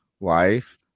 life